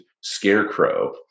scarecrow